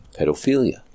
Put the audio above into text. Pedophilia